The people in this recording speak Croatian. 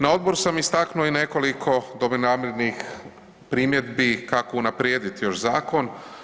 Na odboru sam istaknuo nekoliko dobronamjernih primjedbi kako unaprijediti još zakon.